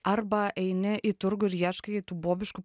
arba eini į turgų ir ieškai tų bobiškų